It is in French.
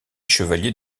chevalier